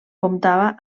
comptava